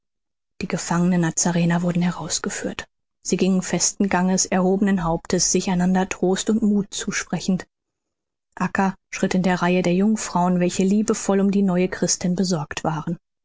die gefangenen nazarener wurden herausgeführt sie gingen festen ganges erhobenen hauptes sich einander trost und muth zusprechend acca schritt in der reihe der jungfrauen welche liebevoll um die neue christin besorgt waren